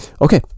Okay